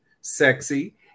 sexy